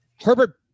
Herbert